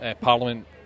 Parliament